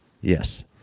Yes